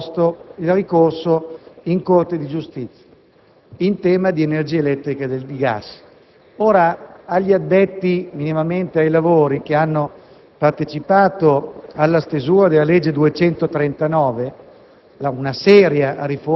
l'Italia sarà proposto il ricorso in Corte di giustizia in tema di energia elettrica e di gas. A coloro che minimamente sono addetti ai lavori e hanno partecipato alla stesura della legge n.